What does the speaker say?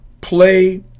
play